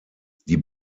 die